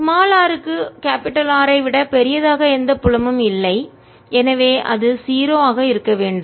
r க்கு R ஐ விட பெரியதாக எந்த புலமும் இல்லை எனவே அது 0 ஆக இருக்க வேண்டும்